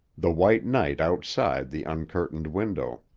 the white night outside the uncurtained window.